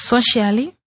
Socially